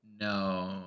No